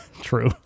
True